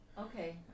Okay